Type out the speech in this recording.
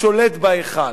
השולט בהיכל.